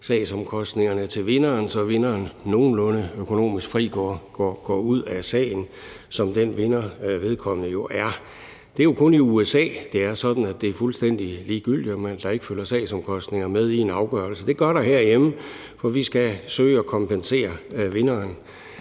sagsomkostningerne til vinderen, så vinderen nogenlunde økonomisk fri går ud af sagen, som den vinder, vedkommende jo er. Det er kun i USA, det er sådan, at det er fuldstændig ligegyldigt, og at der ikke følger sagsomkostninger med i en afgørelse. Det gør der herhjemme, for vi skal søge at kompensere vinderen.